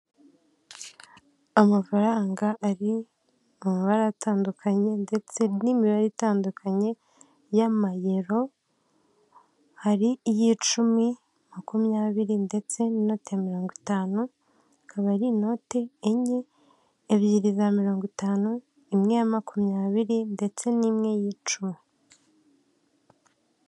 Urujya ni uruza rw'abantu bari kwamamaza umukandida mu matora y'umukuru w'igihugu bakaba barimo abagabo ndetse n'abagore, bakaba biganjemo abantu bambaye imyenda y'ibara ry'icyatsi, bari mu ma tente arimo amabara y'umweru, icyatsi n'umuhondo, bamwe bakaba bafite ibyapa biriho ifoto y'umugabo wambaye kositime byanditseho ngo tora, bakaba bacyikijwe n'ibiti byinshi ku musozi.